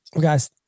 guys